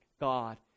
God